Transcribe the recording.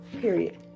Period